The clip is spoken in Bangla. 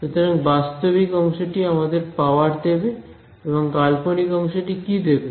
সুতরাং বাস্তবিক অংশটি আমাদের পাওয়ার দেবে এবং কাল্পনিক অংশটি কি দেবে